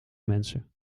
mensen